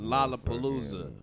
Lollapalooza